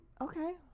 Okay